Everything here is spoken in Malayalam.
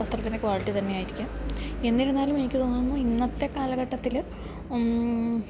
വസ്ത്രത്തിൻ്റെ ക്വാളിറ്റി തന്നെ ആയിരിക്കാം എന്നിരുന്നാലും എനിക്ക് തോന്നുന്നു ഇന്നത്തെ കാലഘട്ടത്തിൽ